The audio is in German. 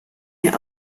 mehr